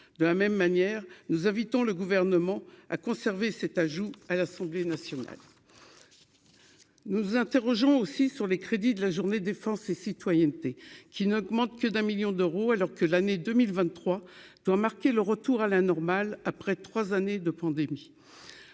de la même manière, nous invitons le gouvernement à conserver cet ajout à l'Assemblée nationale, nous nous interrogeons aussi sur les crédits de la Journée défense et citoyenneté qui n'augmente que d'1 1000000 d'euros, alors que l'année 2023 doit marquer le retour à la normale après 3 années de pandémie